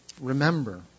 Remember